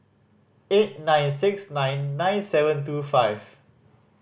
eight nine six nine nine seven two five